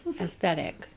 aesthetic